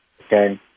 okay